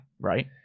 Right